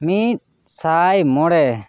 ᱢᱤᱫᱥᱟᱭ ᱢᱚᱬᱮ